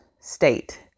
state